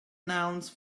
nouns